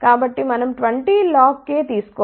కాబట్టి మనం 20 log k తీసుకో వాలి